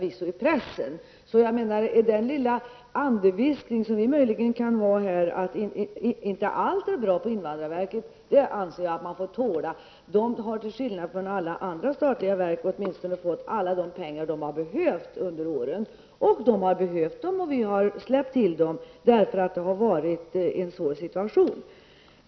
Den lilla andeviskning som vi möjligen kan ha gjort om att allt inte är bra på invandrarverket anser jag att man får tåla. Invandrarverket har till skillnad från alla andra statliga verk fått alla de pengar de har behövt under åren. De har behövt pengarna och vi har släppt till dem för att det har rått en svår situation.